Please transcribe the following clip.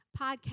podcast